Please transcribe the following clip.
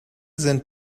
sind